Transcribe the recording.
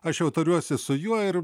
aš jau tariuosi su juo ir